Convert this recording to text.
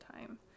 time